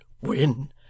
Win